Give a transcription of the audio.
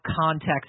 context